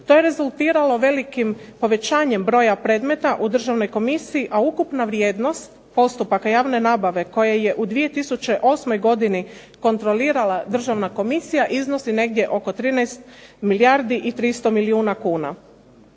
To je rezultiralo velikim povećanjem broja predmeta u državnoj komisiji, a ukupna vrijednost postupaka javne nabave koja je 2008. godini kontrolira državna komisija iznosi negdje oko 13 milijardi i 300 milijuna kuna.